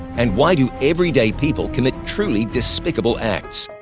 and why do everyday people commit truly despicable acts?